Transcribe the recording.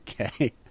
Okay